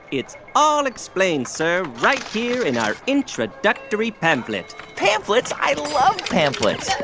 it's all explained, sir, right here in our introductory pamphlet pamphlets? i love pamphlets ah,